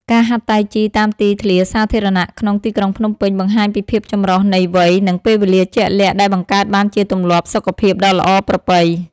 ការហាត់តៃជីតាមទីធ្លាសាធារណៈក្នុងទីក្រុងភ្នំពេញ បង្ហាញពីភាពចម្រុះនៃវ័យ និងពេលវេលាជាក់លាក់ដែលបង្កើតបានជាទម្លាប់សុខភាពដ៏ល្អប្រពៃ។